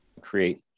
create